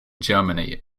germany